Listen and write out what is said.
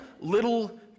little